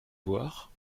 voir